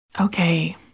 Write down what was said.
Okay